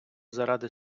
заради